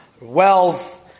wealth